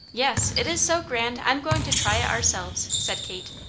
yes, it is so grand i'm going to try it ourselves, said kate.